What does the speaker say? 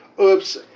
oops